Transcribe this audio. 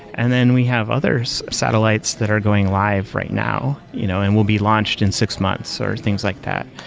and then we have other satellites that are going live right now you know and will be launched in six months, or things like that.